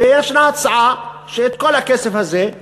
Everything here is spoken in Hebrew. ויש הצעה שאת כל הכסף הזה,